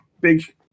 big